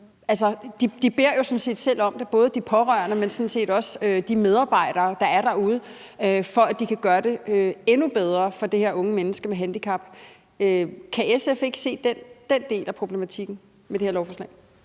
set selv om det, både de pårørende, men sådan set også de medarbejdere, der er derude, for at de kan gøre det endnu bedre for det her unge menneske med handicap. Kan SF ikke se den del af problematikken med det her lovforslag?